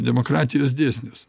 demokratijos dėsnius